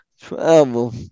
travel